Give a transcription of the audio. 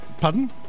Pardon